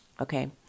Okay